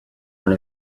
one